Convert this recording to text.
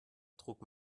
trug